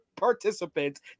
participants